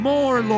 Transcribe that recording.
More